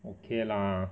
okay lah